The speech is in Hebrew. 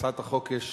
להצעת החוק יש